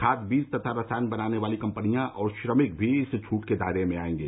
खाद बीज तथा रसायन बनाने वाली कंपनियां और श्रमिक भी इस छूट के दायरे में आएंगे